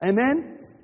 Amen